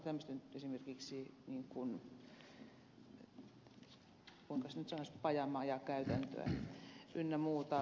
ajatellaanpa esimerkiksi nyt tämmöistä kuinka nyt sanoisi bajamaja käytäntöä ynnä muuta